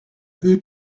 who